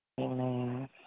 Amen